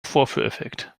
vorführeffekt